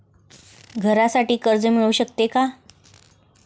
घरासाठी कर्ज मिळू शकते का?